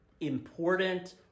important